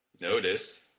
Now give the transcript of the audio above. Notice